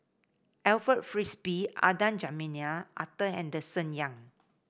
Alfred Frisby Adan Jimenez Arthur Henderson Young